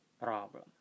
Problem